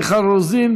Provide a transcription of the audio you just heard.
מיכל רוזין,